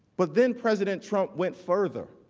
but then, president trump went further.